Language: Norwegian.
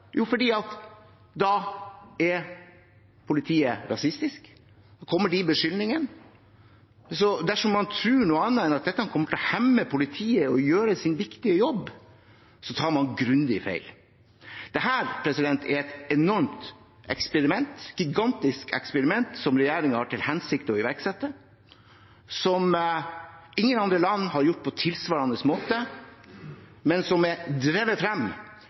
Jo, for da er politiet rasistiske – da kommer de beskyldningene. Så dersom man tror noe annet enn at dette kommer til å hemme politiet i å gjøre sin viktige jobb, tar man grundig feil. Dette er et enormt eksperiment, et gigantisk eksperiment som regjeringen har til hensikt å iverksette, som ingen andre land har gjort på tilsvarende måte, men som er drevet frem